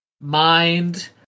mind